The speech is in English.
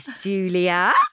Julia